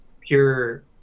pure